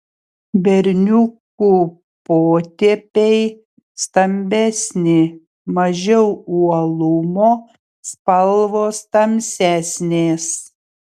berniukų potėpiai stambesni mažiau uolumo spalvos tamsesnės